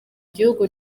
gihugu